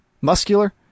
muscular